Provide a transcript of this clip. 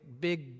big